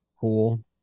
cool